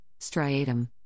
striatum